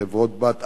חברות-בנות,